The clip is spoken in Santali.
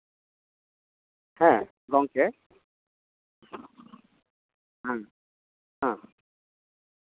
ᱦᱮᱸ ᱜᱚᱝᱠᱮ ᱦᱩᱸ ᱦᱮᱸ